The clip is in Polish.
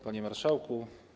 Panie Marszałku!